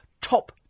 top